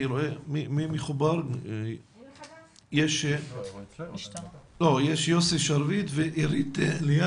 אני קצין אגף מבצעים של אגף התנועה ובמסגרת תפקידי אחראי גם על נושא